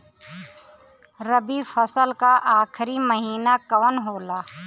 रवि फसल क आखरी महीना कवन होला?